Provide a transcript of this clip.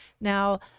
Now